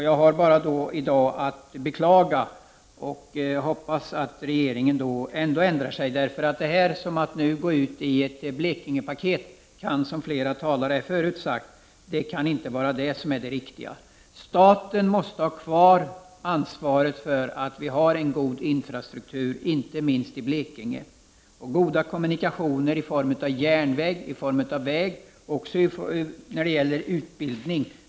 Jag har i dag bara att beklaga och hoppas att regeringen ändå ändrar sig. Att nu gå ut med ett Blekingepaket kan, som flera talare sagt förut, inte vara det riktiga. Staten måste ha kvar ansvar för att vi får en god infrastruktur inte minst i Blekinge och goda kommunikationer i form av järnväg, väg och även utbildning.